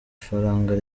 ifaranga